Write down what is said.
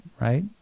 Right